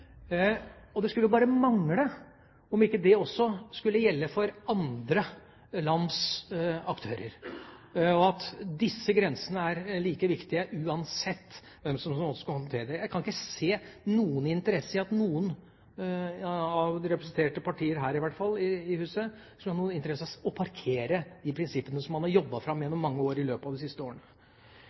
Det skulle bare mangle om ikke dette også skulle gjelde for andre lands aktører, og at disse grensene er like viktige uansett hvem som skal håndtere det. Jeg kan ikke se at noen av de representerte partier, i hvert fall her i huset, skulle ha noen interesse av å parkere de prinsippene man har jobbet fram gjennom mange år i løpet av de siste årene.